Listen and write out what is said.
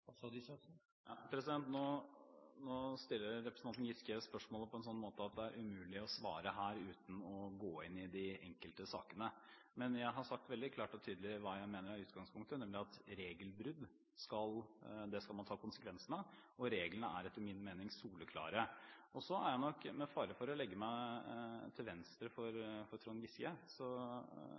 Nå stiller representanten Giske spørsmålet på en sånn måte at det er umulig å svare uten å gå inn i de enkelte sakene. Men jeg har sagt veldig klart og tydelig hva jeg mener er utgangspunktet, nemlig at man skal ta konsekvensene av regelbrudd, og reglene er etter min mening soleklare. Jeg er nok – med fare for å legge meg til venstre for Trond Giske